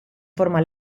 forma